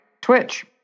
Twitch